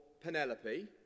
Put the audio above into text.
Penelope